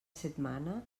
setmana